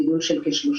גידול של כ-30%.